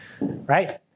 right